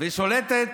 והיא שולטת